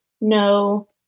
no